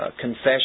confession